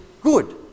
good